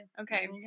Okay